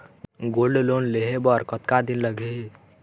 Gold loan लेहे बर कतका दिन लगही?